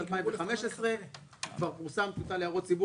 2015. כבר פורסמה טיוטה להערות ציבור